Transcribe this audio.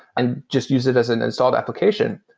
and just use it as an installed application.